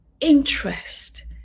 interest